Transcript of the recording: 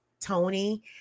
Tony